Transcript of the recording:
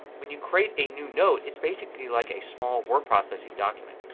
when you create a new note it's basically like a small word processing document.